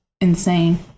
insane